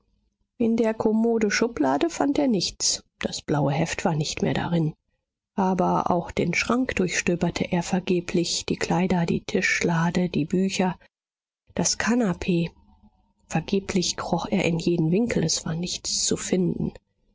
in der kommodeschublade fand er nichts das blaue heft war nicht mehr darin aber auch den schrank durchstöberte er vergeblich die kleider die tischlade die bücher das kanapee vergeblich kroch er in jeden winkel es war nichts zu finden